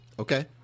Okay